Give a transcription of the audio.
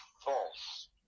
false